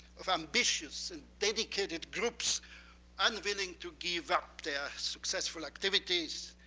of ambitious and dedicated groups unwilling to give up their successful activities,